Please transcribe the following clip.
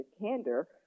candor